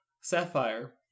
Sapphire